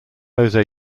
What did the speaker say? jose